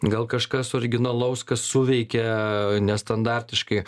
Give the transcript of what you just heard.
gal kažkas originalaus kas suveikia nestandartiškai